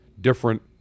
different